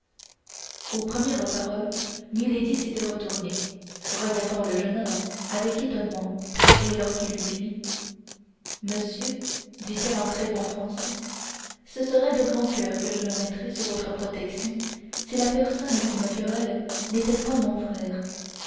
aux premières paroles milady s'était retournée regardant le jeune homme avec étonnement et lorsqu'il eut fini monsieur dit-elle en très bon français ce serait de grand coeur que je me mettrais sous votre protection si la personne qui me querelle n'était point mon frère